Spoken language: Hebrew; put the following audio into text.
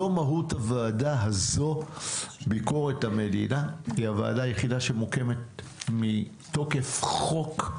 זו מהות הוועדה הזו- ביקורת המדינה היא הוועדה היחידה שמוכרת מתוקף חוק.